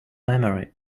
memory